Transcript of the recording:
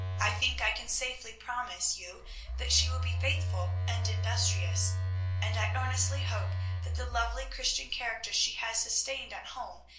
i think i can safely promise you that she will be faithful and industrious and i earnestly hope that the lovely christian character she has sustained at home,